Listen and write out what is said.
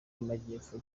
y’amajyepfo